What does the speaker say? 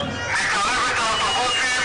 הפושעים,